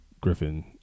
Griffin